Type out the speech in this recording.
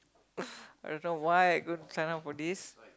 I don't know why I gonna sign up for this